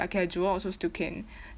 okay ah jurong also still can